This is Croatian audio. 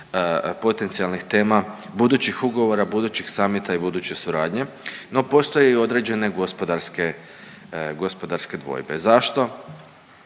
potencijalnih tema budućih ugovora, budućih summita i buduće suradnje. No, postoje i određene gospodarske dvojbe. Zašto?